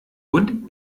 und